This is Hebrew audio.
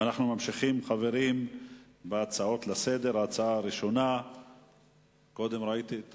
אנחנו ממשיכים בהצעות לסדר-היום שמספרן 996, 1021,